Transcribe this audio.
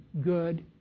good